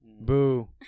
Boo